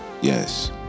yes